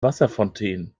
wasserfontänen